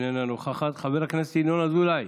איננה נוכחת, חבר הכנסת ינון אזולאי,